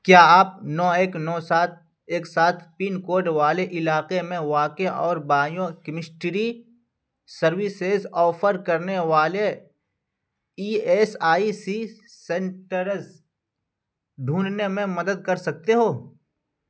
کیا آپ نو ایک نو سات ایک سات پن کوڈ والے علاقے میں واقع اور بایو کمسٹری سروسز آفر کرنے والے E S I C centres ڈھونڈنے میں مدد کر سکتے ہو